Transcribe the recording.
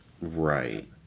Right